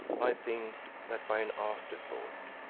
i think that by an afterthought,